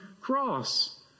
cross